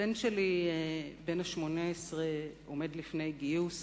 הבן שלי בן ה-18 עומד לפני גיוס